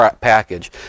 package